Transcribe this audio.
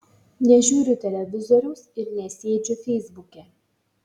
nežiūriu televizoriaus ir nesėdžiu feisbuke